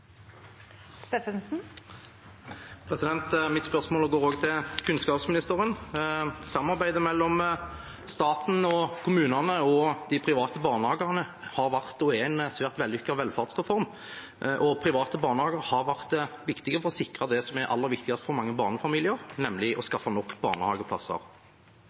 hovedspørsmål. Mitt spørsmål går også til kunnskapsministeren. Samarbeidet mellom staten og kommunene og de private barnehagene har vært og er en svært vellykket velferdsreform, og private barnehager har vært viktige for å sikre det som er aller viktigst for mange barnefamilier, nemlig å skaffe nok